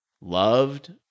loved